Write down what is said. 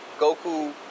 Goku